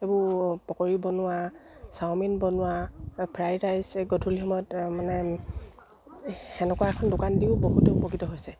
এইবোৰ পকৰী বনোৱা চাওমিন বনোৱা ফ্ৰাইড ৰাইচ এই গধূলি সময়ত মানে সেনেকুৱা এখন দোকান দিও বহুতো উপকৃত হৈছে